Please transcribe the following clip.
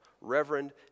Reverend